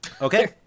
Okay